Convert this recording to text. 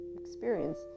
experience